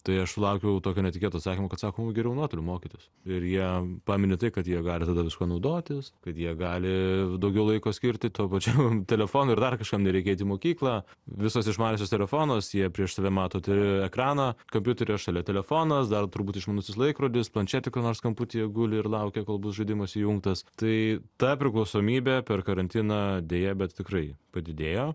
tai aš sulaukiau tokio netikėto atsakymo kad sako mum geriau nuotoliu mokytis ir jie pamini tai kad jie gali tada viskuo naudotis kad jie gali daugiau laiko skirti tuo pačiam telefonui ir dar kažkam nereikia eit įmokyklą visus išmaniuosius telefonuos jie prieš save matot ekraną kompiuterio šalia telefonas dar turbūt išmanusis laikrodis planšetė kur nors kamputyje guli ir laukia kol bus žaidimas įjungtas tai ta priklausomybė per karantiną deja bet tikrai padidėjo